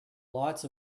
lots